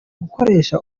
gukoresha